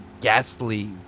ghastly